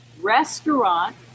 restaurant